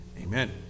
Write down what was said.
amen